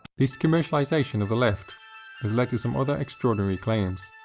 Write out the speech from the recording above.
this commercialisation of the left has led to some other extraordinary claims.